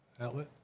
outlet